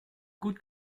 gut